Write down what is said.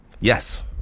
Yes